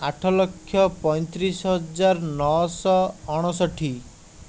ଆଠଲକ୍ଷ ପଇଁତିରିଶ ହଜାର ନଅଶହ ଅଣଷଠି